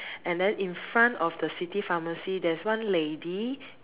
and then in front of the city pharmacy there's one lady